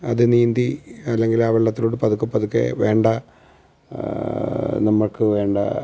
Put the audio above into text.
അതു നീന്തി അല്ലെങ്കിലാണ് വെള്ളത്തിലോട്ടു പതുക്കെ പതുക്കെ വേണ്ട നമുക്ക് വേണ്ട